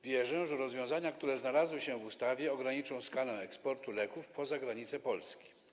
Wierzę, że rozwiązania, które znalazły się w ustawie, ograniczą skalę eksportu leków poza granicę Polski.